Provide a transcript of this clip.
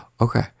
okay